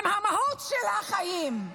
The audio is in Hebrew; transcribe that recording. עם המהות של חיים,